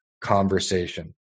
conversation